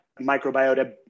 microbiota